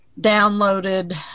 downloaded